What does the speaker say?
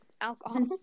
alcohol